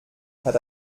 hat